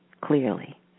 clearly